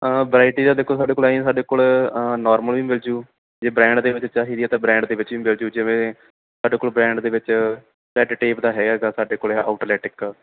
ਹਾਂ ਵਾਇਟ ਜਿਹਾ ਦੇਖੋ ਸਾਡੇ ਕੋਲ ਐਂਉਂ ਹੀ ਸਾਡੇ ਕੋਲ ਆਹ ਨੋਰਮਲ ਵੀ ਮਿਲਜੂ ਜੇ ਬ੍ਰਾਂਡ ਦੇ ਵਿੱਚ ਚਾਹੀਦੀ ਹੈ ਤਾਂ ਬ੍ਰਾਂਡ ਦੇ ਵਿੱਚ ਵੀ ਮਿਲਜੂ ਜਿਵੇਂ ਸਾਡੇ ਕੋਲ ਬਰੈਂਡ ਦੇ ਵਿੱਚ ਰੈੱਡ ਟੇਪ ਤਾਂ ਹੈਗਾ ਸਾਡੇ ਕੋਲ ਆਊਟਲੈਟ ਇੱਕ